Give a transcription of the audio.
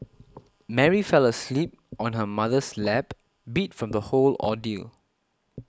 Mary fell asleep on her mother's lap beat from the whole ordeal